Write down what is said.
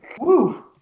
Woo